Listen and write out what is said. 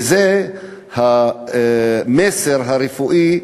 וזה המסר הרפואי,